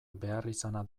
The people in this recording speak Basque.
beharrizana